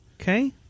Okay